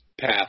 path